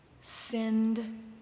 send